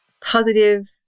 positive